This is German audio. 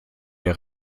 der